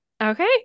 Okay